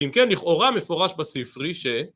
אם כן לכאורה מפורש בספרי ש